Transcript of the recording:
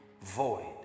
void